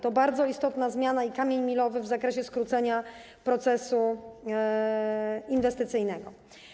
To bardzo istotna zmiana i kamień milowy w zakresie skrócenia procesu inwestycyjnego.